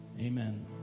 Amen